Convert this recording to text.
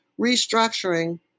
restructuring